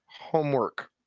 homework